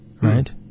right